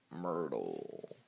Myrtle